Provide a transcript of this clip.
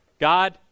God